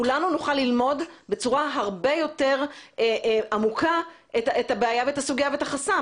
אז כולנו נוכל ללמוד בצורה הרבה יותר עמוקה את הבעיה ואת החסם.